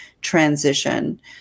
transition